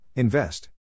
Invest